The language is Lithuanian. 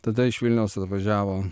tada iš vilniaus atvažiavo